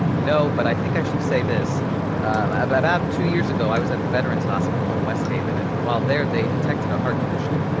no, but i think i should say this about two years ago, i was at the veterans hospital in west haven and while there, they detected a heart condition.